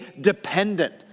dependent